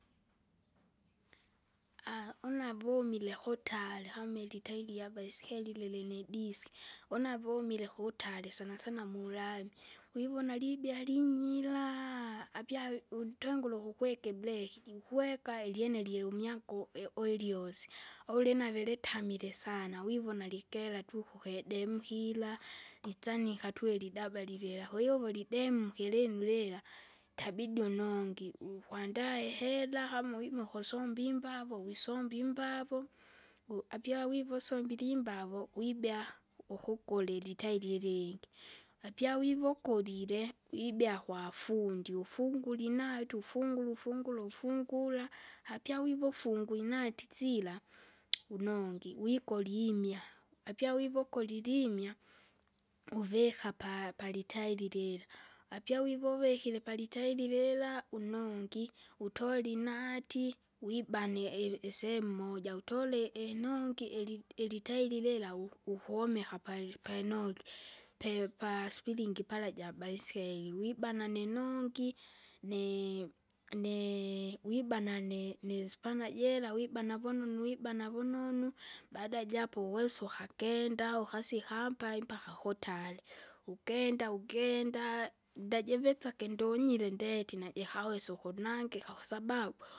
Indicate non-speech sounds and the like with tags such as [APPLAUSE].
[HESITATION] une avumile kutali kam ilitairi lya baiskeri lili nidisi, une avomile kuwutare sana sana mulami, wivona libea linyira, apya untengure ukukweka ibreki, jikweka ilyene lyeumyako eulyosi au ulinave litamile sana, wivona likela tuku ukedemkila, litsanyika tu ilidaba lilela kwahiyo uvulidemke, ilinu lila, itabidi unongi, ukwandae ihera kama wima ukusomba imbavu, wisombe imbavu, wu- apia wive usombile imbavu vibea, ukukulili itaili ilingi, Apyawivo ukolile, wibea kwafundi, ufungule inati ufunguru ufunguru ufungura, apia wivo ufungue inati sila [NOISE] unongi wikolimwa. Apyawivo ukolile imwa, uvika pa- palitairi lila, apyawivo uvikire palitairi lila, unongi, utole inanti, wibane i- isehemu moja utole inongi ili- ilitairi lila wu- uhomeka pali- palinogi, pe- paspiringi pala jabaiskeri wibana ninongi nii- ni- wibana ni- nispana jira, wibana vunonu wibana vunonu. Baada ja apo uwesa ukakenda, ukasika mpae mpaka kutari, ukenda ugenda, dajivitsage ndonyire ndeti najikawesa unkunangika kwasababu.